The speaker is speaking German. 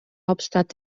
hauptstadt